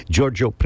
Giorgio